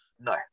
No